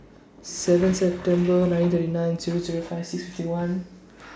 seven September nineteen thirty nine Zero Zero five six fifty one